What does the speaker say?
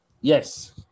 Yes